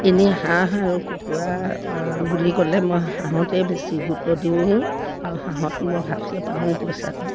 এনেই হাঁহ আৰু কুকুৰা বুলি ক'লে মই হাঁহতেই বেছি গুৰুত্ব দিওঁ আৰু হাঁহত মই ভাগকৈ পাওঁও পইছাটো